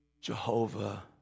Jehovah